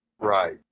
Right